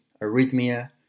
arrhythmia